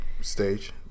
stage